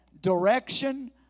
direction